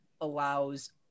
allows